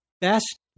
best